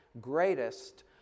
greatest